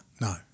No